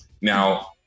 Now